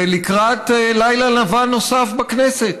ולקראת לילה לבן נוסף בכנסת,